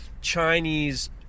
Chinese